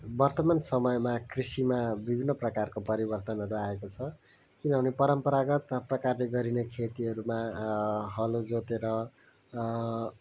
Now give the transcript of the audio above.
वर्तमान समयमा कृषिमा विभिन्न प्रकारको परिवर्तनहरू आएको छ किनभने परम्परागत प्रकारले गरिने खेतीहरूमा हलो जोतेर